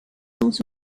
also